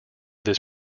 this